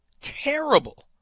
Terrible